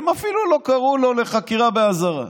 הם אפילו לא קראו לו לחקירה באזהרה.